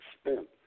spent